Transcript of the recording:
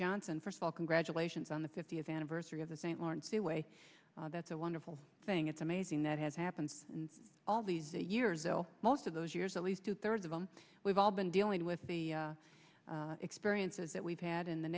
johnson first of all congratulations on the fiftieth anniversary of the st lawrence seaway that's a wonderful thing it's amazing that has happened all these years though most of those years at least two thirds of them we've all been dealing with the experiences that we've had in the